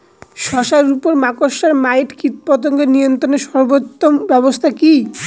শশার উপর মাকড়সা মাইট কীটপতঙ্গ নিয়ন্ত্রণের সর্বোত্তম ব্যবস্থা কি?